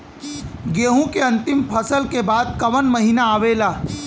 गेहूँ के अंतिम फसल के बाद कवन महीना आवेला?